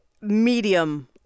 Medium